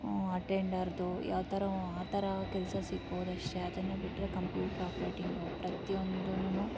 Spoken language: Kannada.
ಅಟೆಂಡರ್ದೋ ಯಾವ ಥರ ಆ ಥರ ಕೆಲಸ ಸಿಗ್ಬೊದಷ್ಟೇ ಅದನ್ನು ಬಿಟ್ಟರೆ ಕಂಪ್ಯೂಟರ್ ಆಪ್ರೇಟಿಂಗು ಪ್ರತಿಯೊಂದುನು